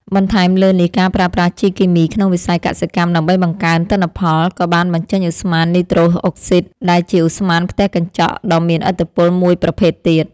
បន្ថែមលើនេះ ការប្រើប្រាស់ជីគីមីក្នុងវិស័យកសិកម្មដើម្បីបង្កើនទិន្នផល ក៏បានបញ្ចេញឧស្ម័ននីត្រូសអុកស៊ីត ដែលជាឧស្ម័នផ្ទះកញ្ចក់ដ៏មានឥទ្ធិពលមួយប្រភេទទៀត។